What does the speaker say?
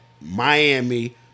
miami